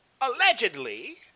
allegedly